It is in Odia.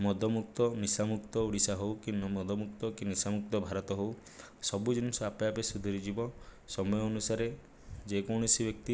ମଦମୁକ୍ତ ନିଶାମୁକ୍ତ ଓଡ଼ିଶା ହେଉ କି ମଦମୁକ୍ତ କି ନିଶାମୁକ୍ତ ଭାରତ ହେଉ ସବୁ ଜିନିଷ ଆପେ ଆପେ ସୁଧୁରି ଯିବ ସମୟ ଅନୁସାରେ ଯେ କୌଣସି ବ୍ୟକ୍ତି